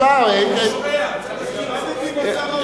הוא שוכח, צריך להזכיר לו.